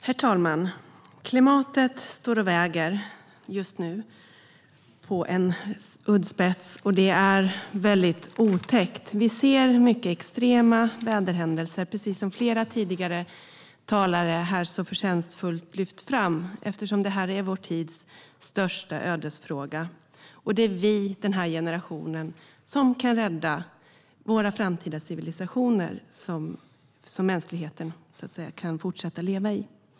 Herr talman! Klimatet står och väger på en uddspets. Det är otäckt. Vi ser mycket extrema väderhändelser, precis som flera tidigare talare så förtjänstfullt lyft fram. Det är vår tids största ödesfråga. Det är vi, den här generationen, som kan rädda våra framtida civilisationer som mänskligheten kan fortsätta att leva i.